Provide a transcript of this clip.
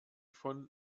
von